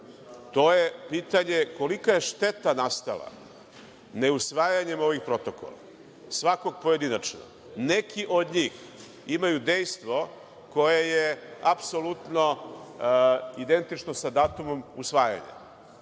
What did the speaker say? je i kolika je šteta nastala neusvajanjem ovih protokola, svakog pojedinačno? Neki od njih imaju dejstvo koje je apsolutno identično sa datumom usvajanja.